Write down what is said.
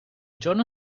giorno